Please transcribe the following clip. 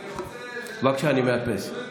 בבקשה, אני מאפס.